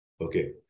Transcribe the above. Okay